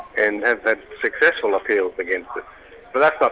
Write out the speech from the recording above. and have had successful appeals against it. but that's but